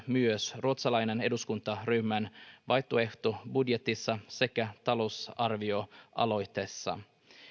myös ruotsalaisen eduskuntaryhmän vaihtoehtobudjetissa sekä talousarvioaloitteessa